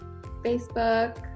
Facebook